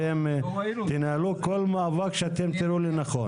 אתם תנהלו כל מאבק שתראו לנכון.